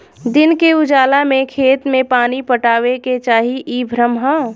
दिन के उजाला में खेत में पानी पटावे के चाही इ भ्रम ह